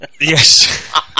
Yes